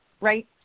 right